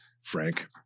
Frank